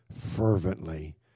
fervently